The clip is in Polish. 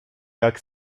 jak